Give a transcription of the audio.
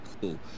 cool